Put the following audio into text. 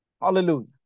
Hallelujah